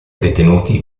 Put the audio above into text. detenuti